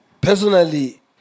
Personally